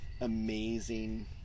amazing